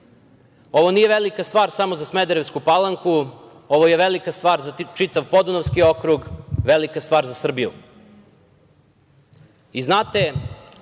Ovo nije velika stvar samo za Smederevsku Palanku, ovo je velika stvar za čitav Podunavski okrug, velika stvar za Srbiju. Znate,